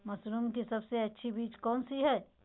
Mushroom की सबसे अच्छी बीज कौन सी है?